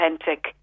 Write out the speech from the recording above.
authentic